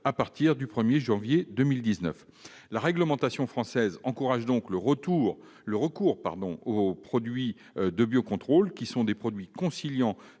à partir du 1 janvier 2019. La réglementation française encourage donc le recours aux produits de biocontrôle, qui concilient